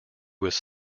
was